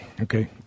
Okay